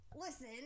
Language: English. listen